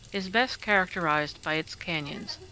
is best characterized by its canyons.